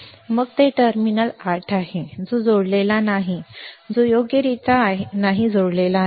आणि मग तेथे टर्मिनल 8 आहे जो जोडलेला नाही जो योग्यरित्या जोडलेला नाही